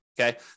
Okay